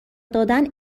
دادن